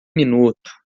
minuto